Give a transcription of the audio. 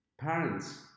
parents